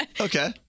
Okay